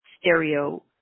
stereo